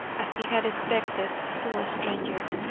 as he had expected, to a stranger.